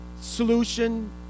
solution